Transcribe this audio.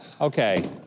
Okay